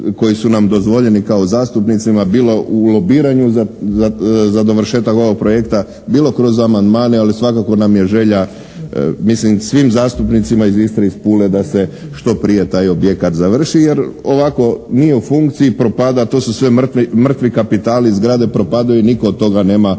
koji su nam dozvoljeni kao zastupnicima bilo u lobiranju za dovršetak ovoga projekta, bilo kroz amandmane ali svakako nam je želja, mislim svim zastupnicima iz Istre i iz Pule da se što prije taj objekat završi jer ovako nije u funkciji, propada. To su sve mrtvi kapitali, zgrade propadaju. Nitko od toga nema koristi,